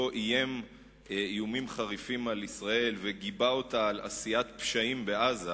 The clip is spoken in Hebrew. איים איומים חריפים על ישראל וגיבה אותה על עשיית פשעים בעזה,